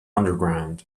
underground